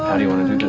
do you want to do